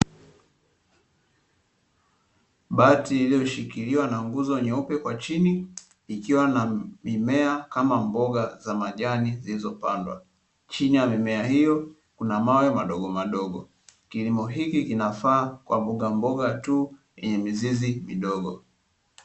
Bati iliyoshikiliwa na nguzo nyeupe kwa chini ikiwa na mimea kama mboga za majani zilizopandwa, chini ya mimea hiyo kuna mawe madogomadogo. Kilimo hiki kinafaa kwa mbogamboga tu yenye mizizi midogo.